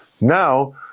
Now